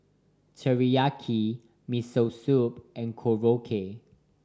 Teriyaki Miso Soup and Korokke